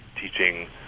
teaching